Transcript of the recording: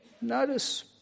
notice